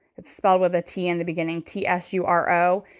it's spelled with a t in the beginning, t s u r o.